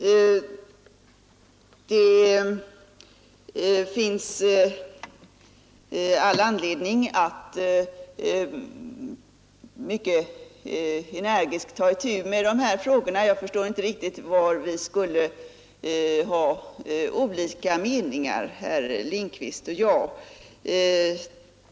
Det finns all anledning att mycket energiskt ta itu med dessa frågor. Jag förstår inte riktigt var vi skulle ha olika meningar, herr Lindkvist och jag.